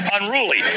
unruly